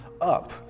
up